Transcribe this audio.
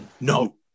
No